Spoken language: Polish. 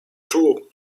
czuł